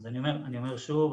אז אני אומר שוב,